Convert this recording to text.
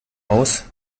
aus